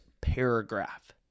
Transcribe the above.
paragraph